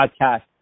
Podcast